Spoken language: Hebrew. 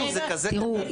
תראו,